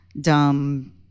dumb